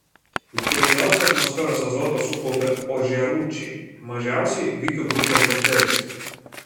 daugiausiai atmosferos azoto sukaupia ožiarūčiai mažiausiai vikių grupės bakterijos